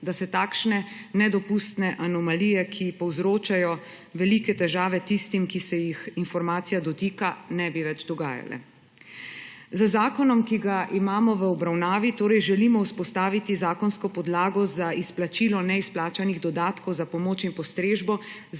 da se takšne nedopustne anomalije, ki povzročajo velike težave tistim, ki se jih informacija dotika, ne bi več dogajale. Z zakonom, ki ga imamo v obravnavi, torej želimo vzpostaviti zakonsko podlago za izplačilo neizplačanih dodatkov za pomoč in postrežbo